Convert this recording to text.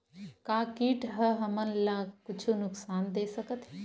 का कीट ह हमन ला कुछु नुकसान दे सकत हे?